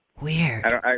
Weird